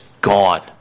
gone